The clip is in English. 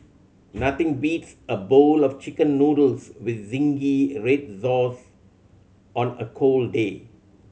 nothing beats a bowl of Chicken Noodles with zingy red sauce on a cold day